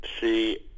see